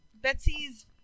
Betsy's